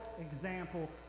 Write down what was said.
example